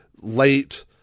late